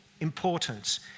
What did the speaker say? importance